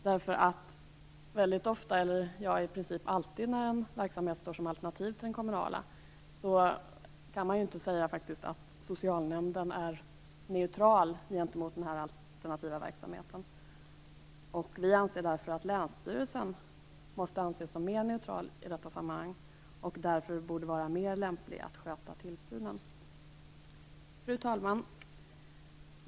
Det är i princip alltid så att när en verksamhet står som alternativ till den kommunala kan man inte säga att socialnämnden är neutral gentemot den alternativa verksamheten. Vi anser därför att länsstyrelsen måste anses som mer neutral i detta sammanhang och därför borde vara mer lämplig att sköta tillsynen. Fru talman!